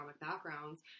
backgrounds